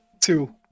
Two